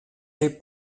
j’ai